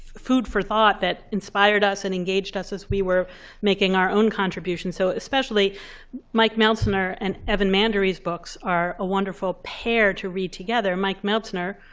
food for thought that inspired us and engaged us as we were making our own contribution. so especially mike meltsner and evan mandery's books are a wonderful pair to read together. mike meltsner,